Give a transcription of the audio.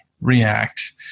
React